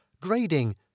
grading